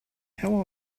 how